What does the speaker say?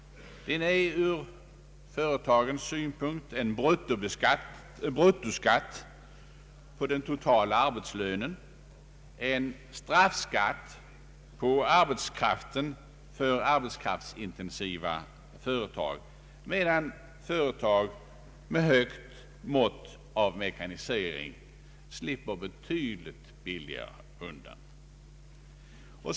Den är ur företagens synvinkel en bruttoskatt på den totala arbetslönen, en straffskatt på arbetskraften för arbetskraftsintensiva företag, medan företag med högt mått av mekanisering slipper betydligt billigare undan.